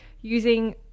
using